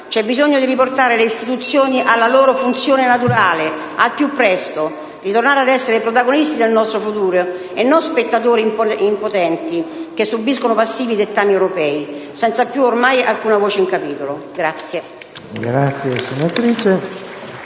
C'è bisogno di riportare le istituzioni alla loro funzione naturale al più presto e ritornare ad essere protagonisti del nostro futuro, e non spettatori impotenti che subiscono passivi i dettami europei, senza più ormai alcuna voce in capitolo.